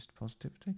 Positivity